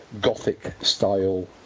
gothic-style